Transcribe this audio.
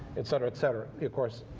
et cetera, et cetera. of course,